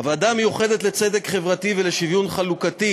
הוועדה המיוחדת לצדק חברתי ולשוויון חלוקתי